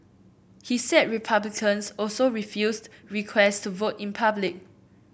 he said Republicans also refused request to vote in public